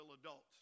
adults